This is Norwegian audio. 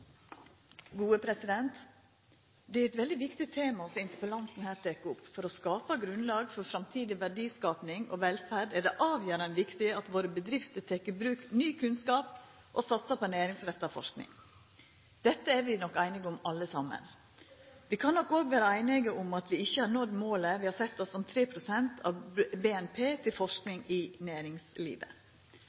eit veldig viktig tema interpellanten her tek opp. For å skapa grunnlag for framtidig verdiskaping og velferd er det avgjerande viktig at bedriftene våre tek i bruk ny kunnskap og satsar på næringsretta forsking. Dette er vi nok einige om, alle saman. Vi kan nok òg vera einige om at vi ikkje har nådd målet vi har sett oss om 3 pst. av BNP til forsking i næringslivet.